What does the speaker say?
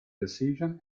decision